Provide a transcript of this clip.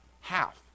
half